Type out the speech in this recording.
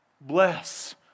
bless